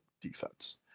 defense